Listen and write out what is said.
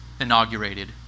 inaugurated